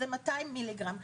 זה 200 מ"ג.